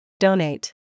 donate